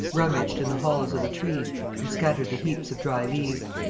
rummaged in the hollows of the trees and scattered the heaps of dry leaves.